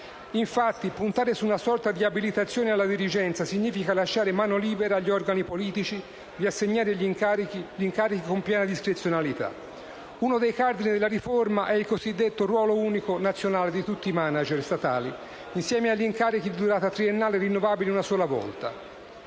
Infatti, puntare su una sorta di abilitazione alla dirigenza, significa lasciare mano libera agli organi politici di assegnare gli incarichi con piena discrezionalità. Uno dei cardini della riforma è il cosiddetto ruolo unico nazionale di tutti i *manager* statali, insieme agli incarichi di durata triennale, rinnovabili una sola volta.